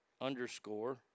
Underscore